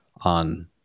on